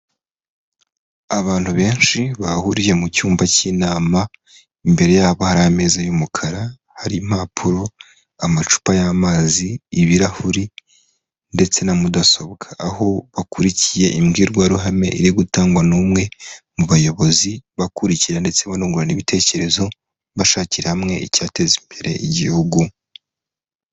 Abantu benshi bahuriye mu cyumba cy'inama, imbere yabo hari ameza y'umukara, hari impapuro, amacupa y'amazi, ibirahuri ndetse na mudasobwa, aho bakurikiye imbwirwaruhame iri gutangwa n'umwe mu bayobozi bakurikira ndetse bunungurana ibitekerezo bashakira hamwe icyateza imbere igihugu.